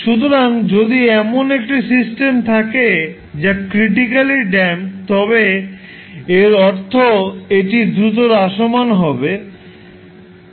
সুতরাং যদি সিস্টেমটি ক্রিটিকালি ড্যাম্পড হয় এর অর্থ এটি দ্রুত হ্রাসমান হবে